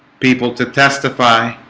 people to testify